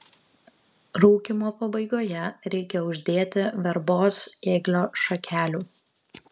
rūkymo pabaigoje reikia uždėti verbos ėglio šakelių